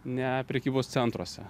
ne prekybos centruose